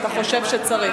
אם אתה חושב שצריך.